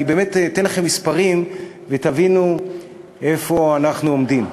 אני אתן לכם מספרים ותבינו איפה אנחנו עומדים.